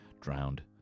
drowned